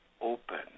open